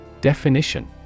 definition